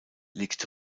liegt